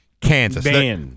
Kansas